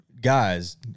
guys